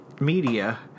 Media